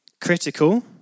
critical